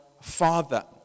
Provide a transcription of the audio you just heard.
Father